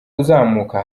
uzamuka